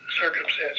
circumstances